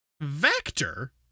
Vector